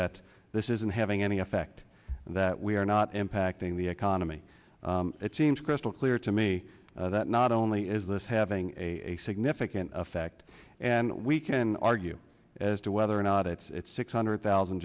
that this isn't having any effect and that we are not impacting the economy it seems crystal clear to me that not only is this having a significant effect and we can argue as to whether or not it's six hundred thousand